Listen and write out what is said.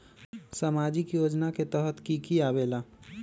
समाजिक योजना के तहद कि की आवे ला?